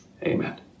Amen